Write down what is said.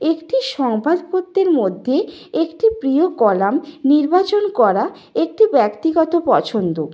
একটি সংবাদপত্রের মধ্যে একটি প্রিয় কলাম নির্বাচন করা একটি ব্যক্তিগত পছন্দ